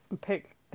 Pick